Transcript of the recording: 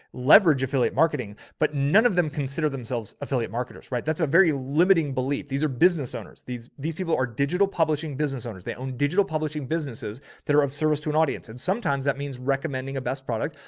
leverage affiliate marketing, but none of them consider themselves affiliate marketers, right? that's a very limiting belief. these are business owners. these, these people are digital publishing business owners. they own digital publishing businesses that are of service to an audience. and sometimes that means recommending a best product.